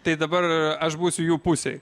tai dabar aš būsiu jų pusėj